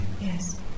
Yes